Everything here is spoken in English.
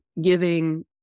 giving